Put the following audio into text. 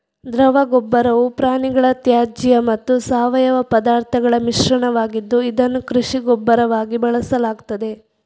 ದ್ರವ ಗೊಬ್ಬರವು ಪ್ರಾಣಿಗಳ ತ್ಯಾಜ್ಯ ಮತ್ತು ಸಾವಯವ ಪದಾರ್ಥಗಳ ಮಿಶ್ರಣವಾಗಿದ್ದು, ಇದನ್ನು ಕೃಷಿ ಗೊಬ್ಬರವಾಗಿ ಬಳಸಲಾಗ್ತದೆ